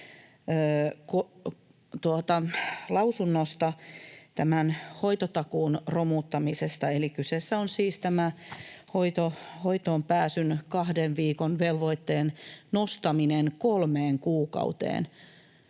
lausunnosta liittyen tämän hoitotakuun romuttamiseen. Eli kyseessä on siis tämä hoitoonpääsyn kahden viikon velvoitteen nostaminen kolmeen kuukauteen,